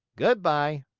good-by.